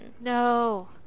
No